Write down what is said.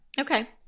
Okay